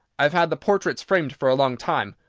i have had the portraits framed for a long time,